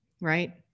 right